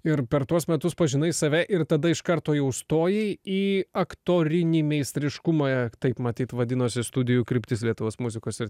ir per tuos metus pažinai save ir tada iš karto jau stojai į aktorinį meistriškumą taip matyt vadinosi studijų kryptis lietuvos muzikos ir